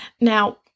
Now